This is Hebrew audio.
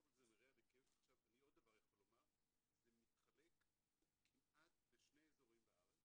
זה מתחלק כמעט בשני איזורים בארץ,